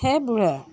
সেইবোৰে আৰু